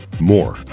more